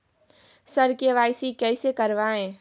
sir KYC कैसे करवाएं